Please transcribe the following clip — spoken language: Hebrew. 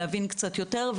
להבין קצת יותר,